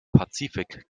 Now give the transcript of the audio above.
pazifik